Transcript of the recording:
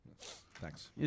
Thanks